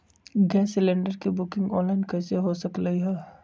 Gas cylinder के booking online कईसे हो सकलई ह?